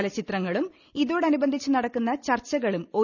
ചലച്ചിത്രങ്ങളും ഇതോടനുബന്ധിച്ച് നടക്കുന്ന ചർച്ചകളും ഒ